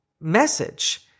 message